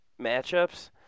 matchups